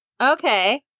okay